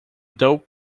dope